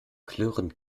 klirrend